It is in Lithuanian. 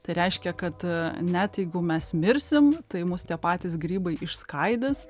tai reiškia kad net jeigu mes mirsim tai mus tie patys grybai išskaidys